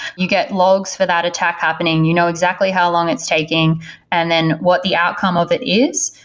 you get logs for that attack happening. you know exactly how long it's taking and then what the outcome of it is.